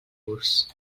curs